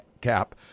cap